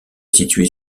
située